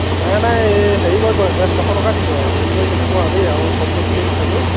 অঁ নাই নাই এই হেৰি কৰিব একেবাৰে ছশ টকা দিব আৰু হেৰি কৰি নাথাকো আৰু দেই আৰু কম বেছ কৰি নাথাকো